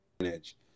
edge